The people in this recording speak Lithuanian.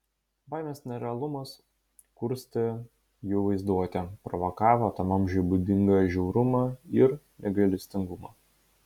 baimės nerealumas kurstė jų vaizduotę provokavo tam amžiui būdingą žiaurumą ir negailestingumą